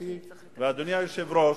גברתי ואדוני היושב-ראש,